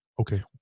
okay